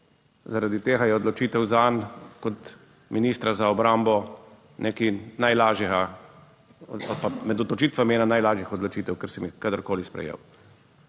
Zaradi tega je odločitev zanj kot ministra za obrambo nekaj najlažjega ali pa med odločitvami ena najlažjih odločitev, ker sem jih kadarkoli sprejel.